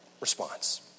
response